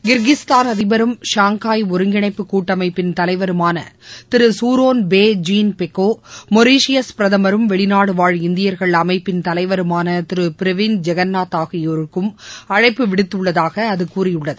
Kyrgyzstan அதிபரும் Shanghai ஒருங்கிணைப்பு கூட்டமைப்பின் தலைவருமான திரு Sooronbay Jeenbekov Mauritius பிரதமரும் வெளிநாடுவாழ் இந்தியர்கள் அமைப்பின் தலைவருமான திரு பிரவின் ஜெகநாத் ஆகியோருக்கும் அழைப்பு விடுத்துள்ளதாக அது கூறியுள்ளது